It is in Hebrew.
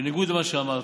בניגוד למה שאמרת,